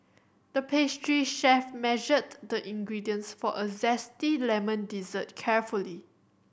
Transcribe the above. the pastry chef measured the ingredients for a zesty lemon dessert carefully